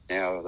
Now